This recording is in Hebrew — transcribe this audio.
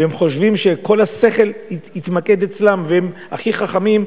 והם חושבים שכל השכל התמקד אצלם והם הכי חכמים,